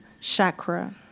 chakra